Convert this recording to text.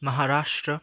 Maharashtra